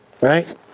right